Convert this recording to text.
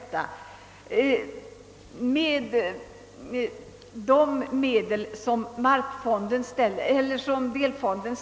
Men detta skall ske med pengar från delfonden.